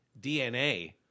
DNA